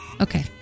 Okay